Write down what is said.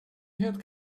had